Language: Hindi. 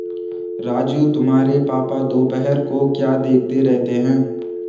राजू तुम्हारे पापा दोपहर को क्या देखते रहते हैं?